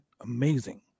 amazing